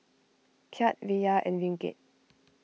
Kyat Riyal and Ringgit